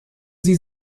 sie